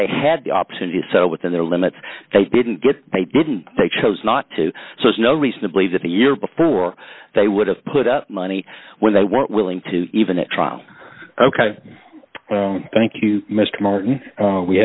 they had the opportunity is so within their limits they didn't get they didn't they chose not to so it's no reason to believe that the year before they would have put up money when they weren't willing to even a trial ok thank you mr martin